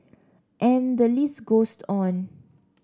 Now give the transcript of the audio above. and the list goes on